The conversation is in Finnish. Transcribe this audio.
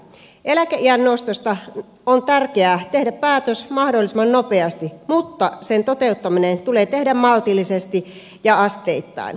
eläkeiän nostosta on tärkeää tehdä päätös mahdollisimman nopeasti mutta sen toteuttaminen tulee tehdä maltillisesti ja asteittain